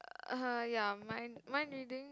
uh ya mind mind reading